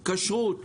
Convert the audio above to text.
כשרות,